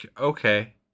okay